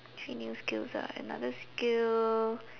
three new skills ah another skill